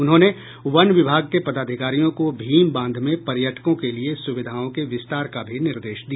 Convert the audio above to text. उन्होंने वन विभाग के पदाधिकारियों को भीम बांध में पर्यटकों के लिए सुविधाओं के विस्तार का भी निर्देश दिया